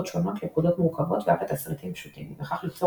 שונות לפקודות מורכבות ואף לתסריטים פשוטים ובכך ליצור